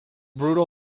brutal